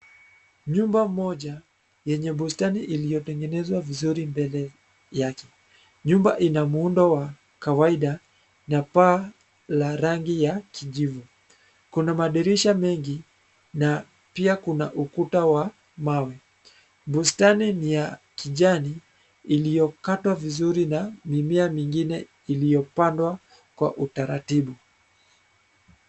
Nyumba moja yenye bustani iliyotengenezwa vizuri mbele yake. Nyumba ina muundo wa kawaida na paa la rangi ya kijivu. Kuna madirisha mengi na pia kuna ukuta wa mawe. Bustani ni ya kijani iliyokatwa vizuri na mimea mengine iliyopandwa kwa utaratibu.